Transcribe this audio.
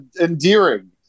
endearing